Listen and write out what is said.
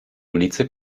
ulicy